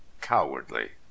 cowardly